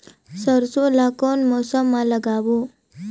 सरसो ला कोन मौसम मा लागबो?